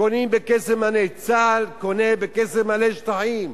קונים בכסף מלא, צה"ל קונה בכסף מלא שטחים,